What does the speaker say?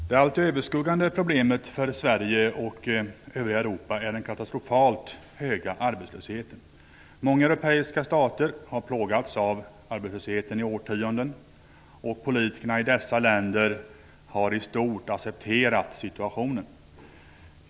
Herr talman! Det allt överskuggande problemet för Sverige och övriga Europa är den katastrofalt höga arbetslösheten. Många europeiska stater har plågats av arbetslösheten i årtionden, och politikerna i dessa länder har i stort sett accepterat situationen.